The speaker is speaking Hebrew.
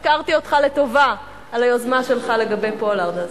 הזכרתי אותך לטובה על היוזמה שלך לגבי פולארד,